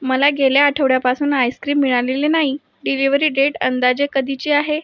मला गेल्या आठवड्यापासून आईस्क्रीम मिळालेले नाही डिलिवरी डेट अंदाजे कधीची आहे